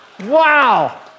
Wow